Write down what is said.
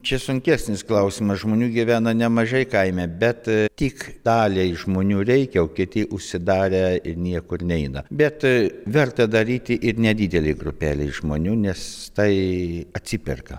čia sunkesnis klausimas žmonių gyvena nemažai kaime bet tik daliai žmonių reikia o kiti užsidarę ir niekur neina bet verta daryti ir nedidelei grupelei žmonių nes tai atsiperka